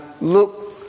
look